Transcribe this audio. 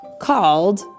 called